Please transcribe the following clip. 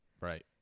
Right